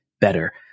better